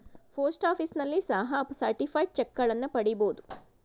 post ಆಫೀಸ್ನಲ್ಲಿ ಸಹ certified ಚಕ್ಗಳನ್ನ ಪಡಿಬೋದು